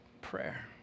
prayer